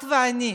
את ואני?